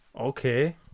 okay